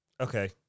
okay